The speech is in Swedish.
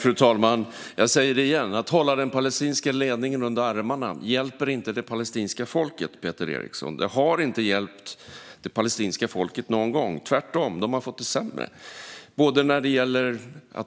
Fru talman! Jag säger det igen, Peter Eriksson: Att hålla den palestinska ledningen under armarna hjälper inte det palestinska folket. Det har inte hjälpt det palestinska folket någon gång. Palestinierna har tvärtom fått det sämre.